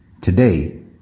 Today